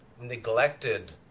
neglected